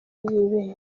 y’ibere